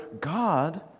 God